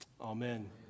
Amen